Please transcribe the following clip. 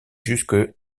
jusque